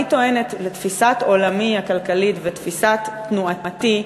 אני טוענת, לתפיסת עולמי הכלכלית ותפיסת תנועתי,